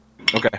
Okay